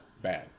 bad